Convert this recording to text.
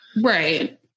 Right